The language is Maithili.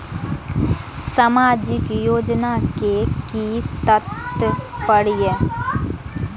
सामाजिक योजना के कि तात्पर्य?